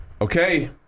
okay